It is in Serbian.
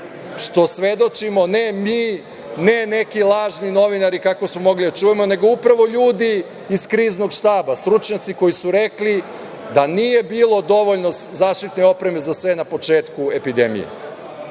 što svedočimo ne mi, ne neki lažni novinari, kako smo mogli da čujemo, nego upravo ljudi iz Kriznog štaba, stručnjaci koji su rekli da nije bilo dovoljno zaštitne opreme za sve na početku epidemije,